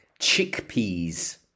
Chickpeas